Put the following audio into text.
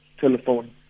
telephone